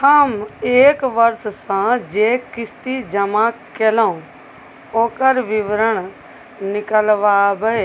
हम एक वर्ष स जे किस्ती जमा कैलौ, ओकर विवरण निकलवाबे